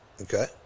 Okay